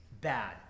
bad